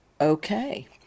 okay